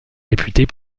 réputée